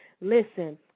Listen